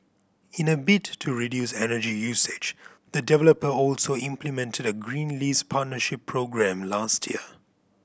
in a bid to reduce energy usage the developer also implemented a green lease partnership programme last year